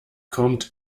kommt